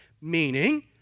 meaning